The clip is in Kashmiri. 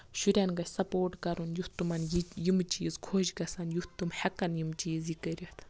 شُرین گژھِ سَپوٹ کَرُن یُتھ تِمَن ییٚمہٕ چیٖز خۄش گژھن یُتھ تِمَن ہٮ۪کَن یِم چیٖز کٔرِتھ